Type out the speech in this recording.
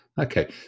Okay